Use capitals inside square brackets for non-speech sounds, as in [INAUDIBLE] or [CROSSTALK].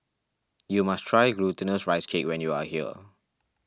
[NOISE] you must try Glutinous Rice Cake when you are here